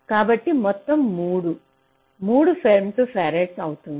కాబట్టి మొత్తం 3 3 ఫెమ్టోఫారడ్స్ అవుతుంది